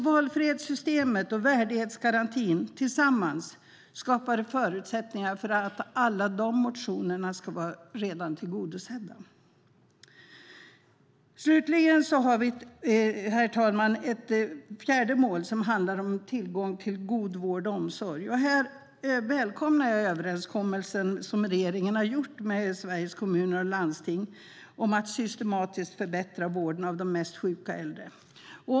Valfrihetssystemet och värdighetsgarantin tillsammans skapar förutsättningar för att alla motioner redan ska vara tillgodosedda. Herr talman! Vi har slutligen ett fjärde mål som handlar om tillgång till god vård och omsorg. Här välkomnar jag överenskommelsen som regeringen har gjort med Sveriges Kommuner och Landsting om att systematiskt förbättra vården av de mest sjuka äldre.